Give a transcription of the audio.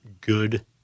good